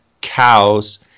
cows